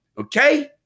Okay